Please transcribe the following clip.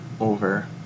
over